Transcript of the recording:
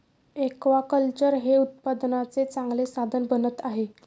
aquaculture हे उत्पन्नाचे चांगले साधन बनत आहे